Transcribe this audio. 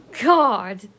God